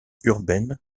urbaine